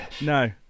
No